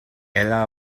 era